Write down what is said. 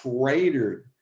cratered